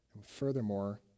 Furthermore